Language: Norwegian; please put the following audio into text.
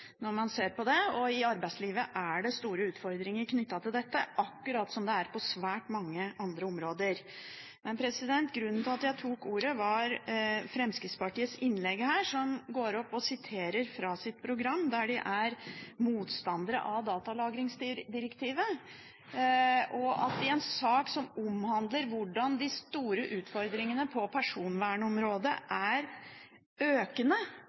når man ser på det. I arbeidslivet er det store utfordringer knyttet til dette, akkurat som på svært mange andre områder. Grunnen til at jeg tok ordet, var innlegget fra fremskrittspartirepresentanten, som siterte fra Fremskrittspartiets program der de sier at de er motstandere av datalagringsdirektivet, i en sak som omhandler hvordan antallet store utfordringer på personvernområdet er økende,